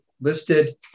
listed